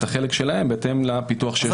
החלק שלהן בהתאם לפיתוח שיש להן מול בית העלמין.